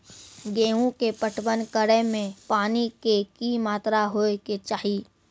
गेहूँ के पटवन करै मे पानी के कि मात्रा होय केचाही?